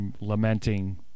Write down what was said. lamenting